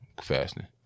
fasting